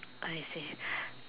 I see